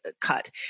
cut